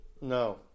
No